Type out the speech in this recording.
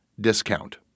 discount